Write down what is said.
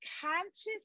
conscious